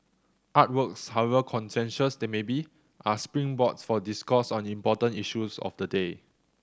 artworks however contentious they may be are springboards for discourse on important issues of the day